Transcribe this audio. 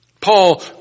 Paul